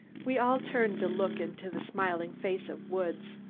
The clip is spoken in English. we all turned to look into the smiling face of woods.